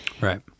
Right